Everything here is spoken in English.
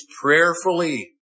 prayerfully